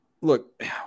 Look